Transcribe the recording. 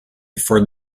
before